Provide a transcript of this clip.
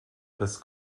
bez